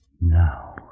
Now